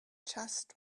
just